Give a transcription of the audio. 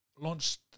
launched